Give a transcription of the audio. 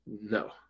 No